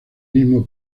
mismo